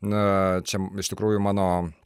na čia iš tikrųjų mano